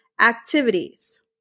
activities